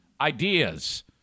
ideas